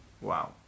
wow